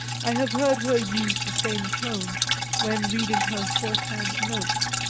i have heard her use the same tone when reading her shorthand notes.